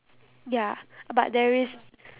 ya but there is